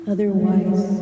Otherwise